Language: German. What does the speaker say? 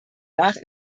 nach